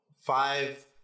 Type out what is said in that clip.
five